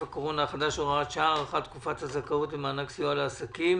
הקורונה החדש) (הוראת שעה) (הארכת תקופת הזכאות למענק סיוע לעסקים